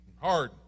hard